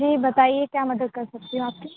جی بتائیے کیا مدد کر سکتی ہوں آپ کی